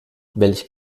welch